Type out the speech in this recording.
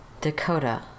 Dakota